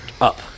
Up